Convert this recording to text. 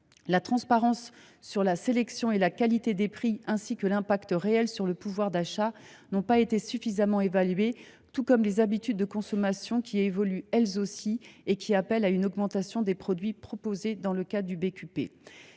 La transparence sur la sélection et la qualité des prix ainsi que l’impact réel sur le pouvoir d’achat n’ont pas été suffisamment évalués, tout comme les habitudes de consommation, qui évoluent elles aussi, et qui appellent à un élargissement du panier de produits proposés dans le cadre du BQP+.